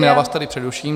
Já vás tady přeruším.